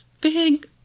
big